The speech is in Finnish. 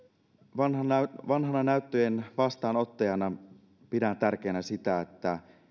vanhana vanhana näyttöjen vastaanottajana pidän tärkeänä sitä että